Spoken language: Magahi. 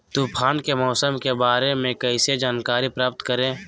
तूफान के मौसम के बारे में कैसे जानकारी प्राप्त करें?